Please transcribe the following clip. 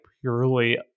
purely